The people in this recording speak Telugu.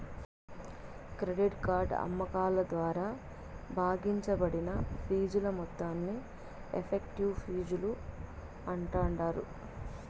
క్రెడిట్ కార్డు అమ్మకాల ద్వారా భాగించబడిన ఫీజుల మొత్తాన్ని ఎఫెక్టివ్ ఫీజులు అంటాండారు